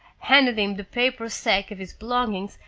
handed him the paper sack of his belongings,